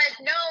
no